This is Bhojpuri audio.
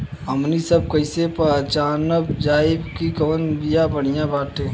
हमनी सभ कईसे पहचानब जाइब की कवन बिया बढ़ियां बाटे?